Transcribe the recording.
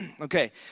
Okay